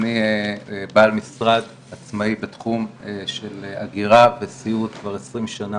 אני בעל משרד עצמאי בתחום של הגירה וסיעוד כבר 20 שנה,